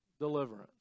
deliverance